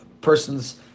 person's